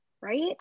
right